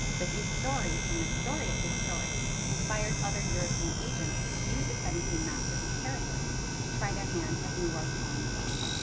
but his story and the story of his story inspired other european agents who viewed the seventeen maps of this territory to try their hand at new world colonization.